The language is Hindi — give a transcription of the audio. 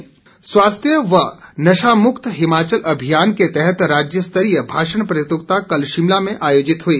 प्रतियोगिता रवास्थ्य व नशामुक्त हिमाचल अभियान के तहत राज्य स्तरीय भाषण प्रतियोगिता कल शिमला में आयोजित हुई